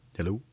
Hello